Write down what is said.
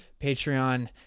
Patreon